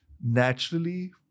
naturally